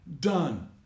done